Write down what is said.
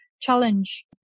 challenge